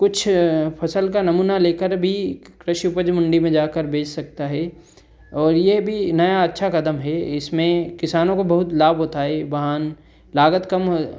कुछ फ़सल का नमूना लेकर भी कृषि उपज मंडी में जाकर बेच सकता है और ये भी नया अच्छा कदम है इसमें किसानों को बहुत लाभ होता है वाहन लागत कम